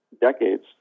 decades